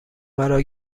مرا